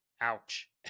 Ouch